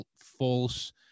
false